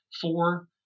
four